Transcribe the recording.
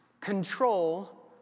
control